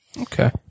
Okay